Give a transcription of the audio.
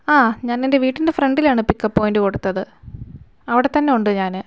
ആ ഞാനെൻ്റെ വീട്ടിൻ്റെ ഫ്രൺൻ്റിലാണ് പിക്കപ്പ് പോയിൻ്റ് കൊടുത്തത് അവിടെ തന്നെ ഉണ്ട് ഞാൻ